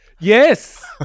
Yes